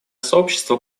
сообщество